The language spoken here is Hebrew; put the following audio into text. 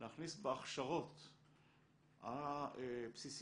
להכניס בהכשרות הבסיסיות,